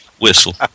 whistle